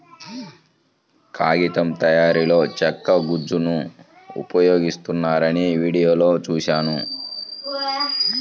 కాగితం తయారీలో చెక్క గుజ్జును ఉపయోగిస్తారని వీడియోలో చూశాను